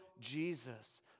Jesus